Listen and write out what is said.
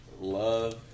love